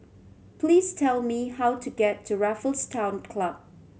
please tell me how to get to Raffles Town Club